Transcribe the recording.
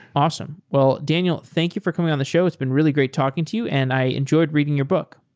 awesome. well daniel, thank you for coming on the show. it's been really great talking to you and i enjoyed reading your book